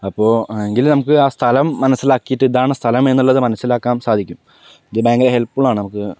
അപ്പോൾ എങ്കിലും നമുക്ക് ആ സ്ഥലം മനസ്സിലാക്കിയിട്ട് ഇതാണ് സ്ഥലം എന്നുള്ളത് മനസ്സിലാക്കാൻ സാധിക്കും ഇത് ഭയങ്കര ഹെല്പ് ഫുൾ ആണ് നമുക്ക്